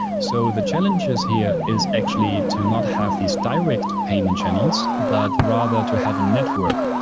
so the challenges here is actually to not have these direct payment channels, but rather to have a network,